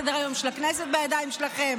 סדר-היום של הכנסת בידיים שלכם.